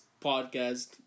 podcast